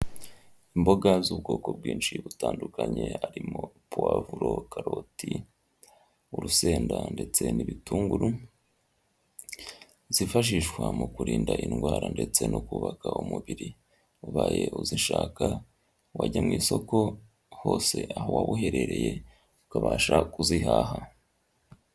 Imboga z'ubwoko bwinshi butandukanye harimo puwavuro, karoti, urusenda ndetse n'ibitunguru zifashishwa mu kurinda indwara ndetse no kubaka umubiri, ubaye uzishaka wajya mu isoko hose aho wa uherereye ukabasha kuzihaha.